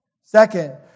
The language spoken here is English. Second